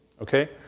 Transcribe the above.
Okay